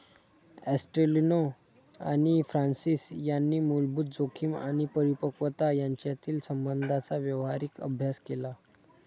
ॲस्टेलिनो आणि फ्रान्सिस यांनी मूलभूत जोखीम आणि परिपक्वता यांच्यातील संबंधांचा व्यावहारिक अभ्यास केला